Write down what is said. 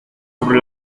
sobre